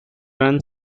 run